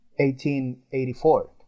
1884